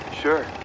Sure